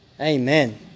amen